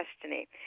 destiny